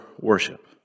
worship